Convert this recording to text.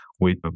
wait